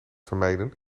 vermijden